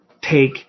take